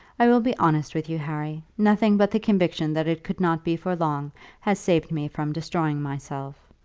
i will be honest with you, harry. nothing but the conviction that it could not be for long has saved me from destroying myself.